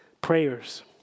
prayers